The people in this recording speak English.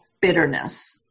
bitterness